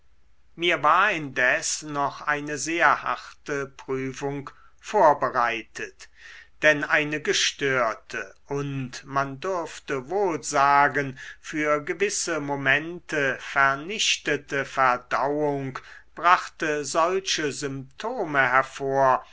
mir war indes noch eine sehr harte prüfung vorbereitet denn eine gestörte und man dürfte wohl sagen für gewisse momente vernichtete verdauung brachte solche symptome hervor